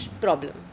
problem